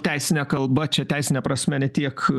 teisine kalba čia teisine prasme ne tiek